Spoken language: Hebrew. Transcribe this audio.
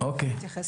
ואז נתייחס.